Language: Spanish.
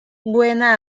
buena